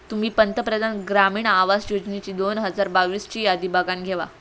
तुम्ही पंतप्रधान ग्रामीण आवास योजनेची दोन हजार बावीस ची यादी बघानं घेवा